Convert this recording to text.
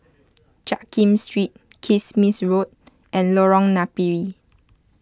Jiak Kim Street Kismis Road and Lorong Napiri